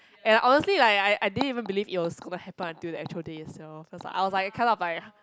and honestly like I I didn't even believe it was gonna happen until the actual day itself cause like I was like kind of like